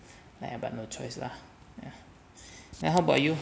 ya but no choice lah then how about you